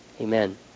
Amen